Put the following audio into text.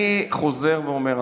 אני חוזר ואומר,